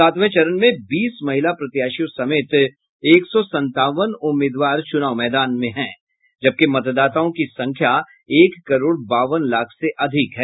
सातवें चरण में बीस महिला प्रत्याशियों समेत एक सौ संतावन उम्मीदवार चूनाव मैदान में हैं जबकि मतदाताओं की संख्या एक करोड़ बाबन लाख से अधिक है